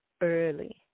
early